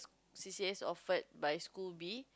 C_C_As offered by school B